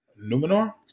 Numenor